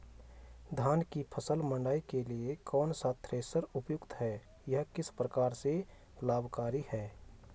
धान की फसल मड़ाई के लिए कौन सा थ्रेशर उपयुक्त है यह किस प्रकार से लाभकारी है?